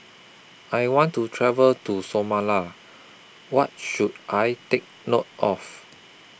I want to travel to Somala What should I Take note of